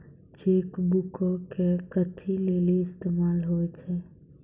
Cheque बुको के कथि लेली इस्तेमाल होय छै?